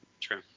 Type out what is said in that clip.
True